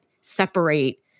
separate